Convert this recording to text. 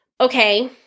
Okay